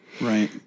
Right